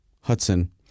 Hudson